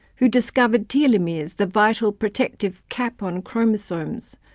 who discovered telomeres, the vital protective cap on chromosomes,